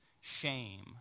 shame